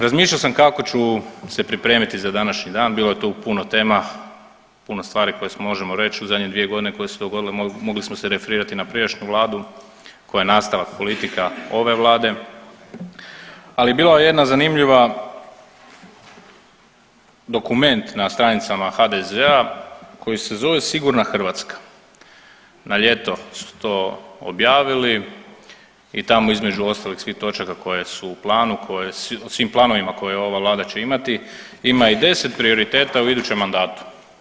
Razmišljao sam kako ću se pripremiti za današnji dan, bilo je tu puno tema, puno stvari koje si možemo reć u zadnje 2.g. koje su se dogodile, mogli smo se referirati na prijašnju vladu koja je nastavak politika ove vlade, ali bila je jedna zanimljiva dokument na stranicama HDZ-a koji se zove „Sigurna Hrvatska“, na ljeto su to objavili i tamo između ostalih svih točaka koje su u planu, u svim planovima koje ova vlada će imati ima i 10 prioriteta u idućem mandatu.